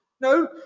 No